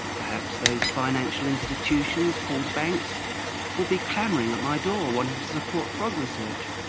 perhaps those financial institutions called banks would be clamouring at my door wanting to support frog research.